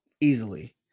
easily